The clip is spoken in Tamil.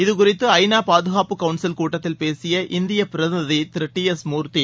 இதுகுறித்து ஐநா பாதுகாப்பு கவுன்சில் கூட்டத்தில் பேசிய இந்தியப் பிரதிநிதி திரு டி எஸ் திருமூர்த்தி